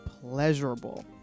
pleasurable